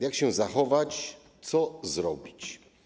Jak się zachować, co zrobić?